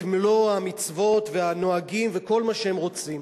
מלוא המצוות והנהגים וכל מה שהם רוצים.